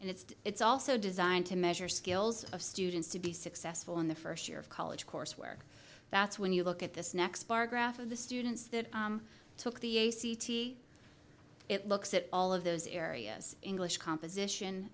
and it's also designed to measure skills of students to be successful in the first year of college coursework that's when you look at this next bar graph of the students that took the a c t it looks at all of those areas english composition